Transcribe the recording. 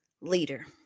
leader